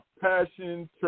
Passion